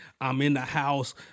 I'm-in-the-house